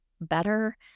better